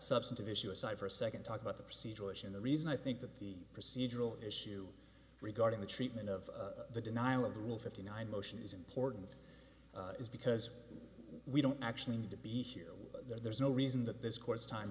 substantive issue aside for a second talk about the procedural issue and the reason i think that the procedural issue regarding the treatment of the denial of the rule fifty nine motion is important is because we don't actually need to be here there's no reason that this court's time